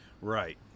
Right